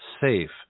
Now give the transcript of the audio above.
safe